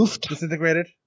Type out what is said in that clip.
disintegrated